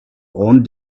own